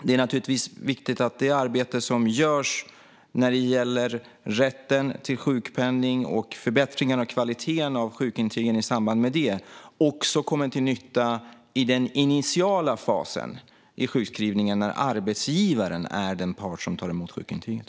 Det är naturligtvis viktigt att det arbete som görs när det gäller rätten till sjukpenning och förbättringen av kvaliteten på sjukintygen i samband med det också kommer till nytta i den initiala fasen av sjukskrivningen, när arbetsgivaren är den part som tar emot sjukintyget.